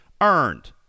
earned